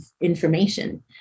information